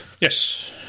Yes